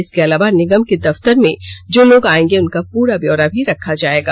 इसके अलावा निगम के दफ्तर में जो लोग आएंगे उनका पूरा ब्योरा भी रखा जाएगा